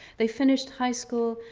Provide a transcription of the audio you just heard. they finished high school,